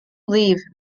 leave